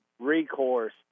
recourse